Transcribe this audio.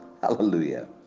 hallelujah